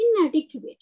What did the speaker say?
inadequate